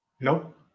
nope